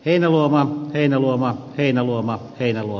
elomaa heinäluoma heinäluoma ei halua